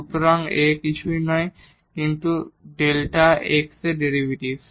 সুতরাং এই A কিছুই নয় এই f ডেরিভেটিভ